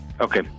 Okay